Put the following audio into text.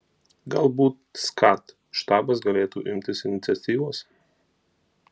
galbūt skat štabas galėtų imtis iniciatyvos